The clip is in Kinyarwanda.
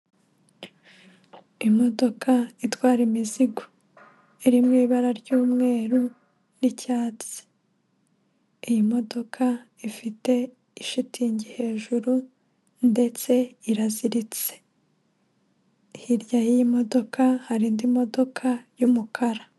Imodoka itwara imizigo iri mu ibara ry'umweru n'icyatsi, iyi modoka ifite ishitingi hejuru ndetse iraziritse, hirya y'iyi modoka hari indi modoka y'umukara.